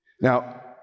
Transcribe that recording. Now